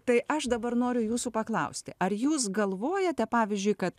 tai aš dabar noriu jūsų paklausti ar jūs galvojate pavyzdžiui kad